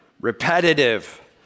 repetitive